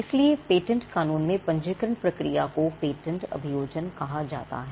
इसलिए पेटेंट कानून में पंजीकरण प्रक्रिया को पेटेंट अभियोजन कहा जाता है